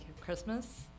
Christmas